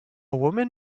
woman